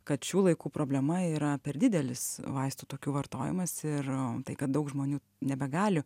kad šių laikų problema yra per didelis vaistų tokių vartojimas ir tai kad daug žmonių nebegali